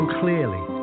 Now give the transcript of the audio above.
clearly